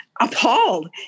appalled